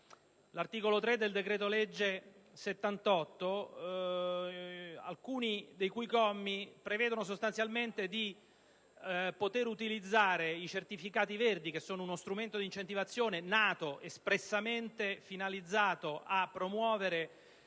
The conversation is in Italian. l'articolo 3 del decreto-legge n. 78, alcuni commi del quale prevedono di poter utilizzare i certificati verdi (che sono uno strumento di incentivazione espressamente finalizzato a promuovere